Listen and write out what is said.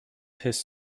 his